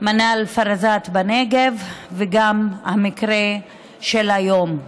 מנאל אל-פזראת בנגב וגם המקרה של היום,